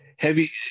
heavy